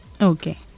Okay